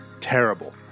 terrible